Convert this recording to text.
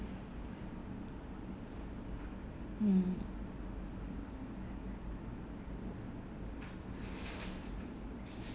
mm